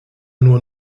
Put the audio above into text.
nur